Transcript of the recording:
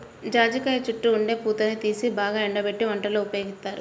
జాజికాయ చుట్టూ ఉండే పూతని తీసి బాగా ఎండబెట్టి వంటల్లో ఉపయోగిత్తారు